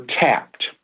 tapped